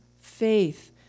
faith